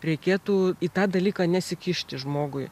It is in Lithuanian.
reikėtų į tą dalyką nesikišti žmogui